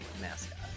mascot